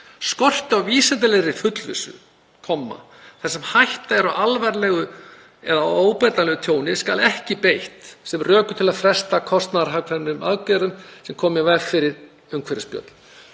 Skorti á vísindalegri fullvissu, þar sem hætta er á alvarlegu eða óbætanlegu tjóni, skal ekki beitt sem rökum til að fresta kostnaðarhagkvæmum aðgerðum sem koma í veg fyrir umhverfisspjöll.“